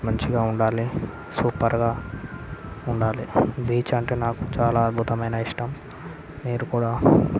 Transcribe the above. మంచిగా ఉండాలి సూపర్గా ఉండాలి బీచ్ అంటే నాకు చాలా అద్భుతమైన ఇష్టం మీరు కూడా